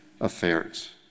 affairs